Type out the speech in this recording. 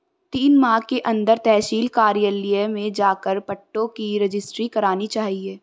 तीन माह के अंदर तहसील कार्यालय में जाकर पट्टों की रजिस्ट्री करानी चाहिए